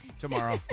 tomorrow